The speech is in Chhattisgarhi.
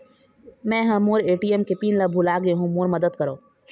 मै ह मोर ए.टी.एम के पिन ला भुला गे हों मोर मदद करौ